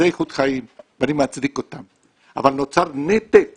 זו איכות חיים ואני מצדיק אותם, אבל נוצר נתק